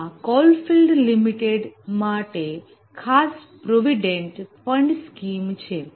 આ coalfield limited માટે ખાસ પ્રોવીડેંટ ફંડ સ્કીમ છે